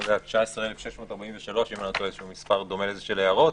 19,643 של הערות.